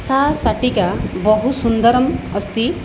सा शाटिका बहुसुन्दरी अस्ति